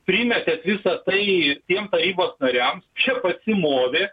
primetėt visa tai tiem tarybos nariams šie pasimovė